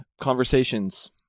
conversations